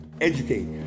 educate